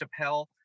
chappelle